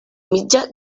mitja